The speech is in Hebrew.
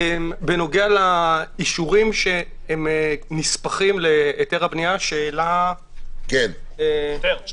בנוגע לאישורים שנספחים להיתר הבנייה, שהעלה שטרן,